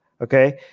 okay